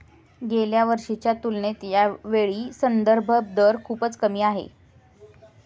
गेल्या वर्षीच्या तुलनेत यावेळी संदर्भ दर खूपच कमी आहे